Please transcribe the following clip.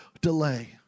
delay